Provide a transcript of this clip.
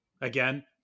again